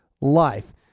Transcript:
life